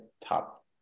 top